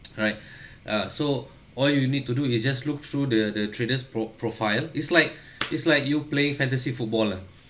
alright uh so all you need to do is just look through the the traders pro~ profile is like is like you playing fantasy football ah